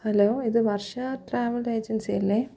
hello ഇത് Varsha travel ഏജൻസിയല്ലെ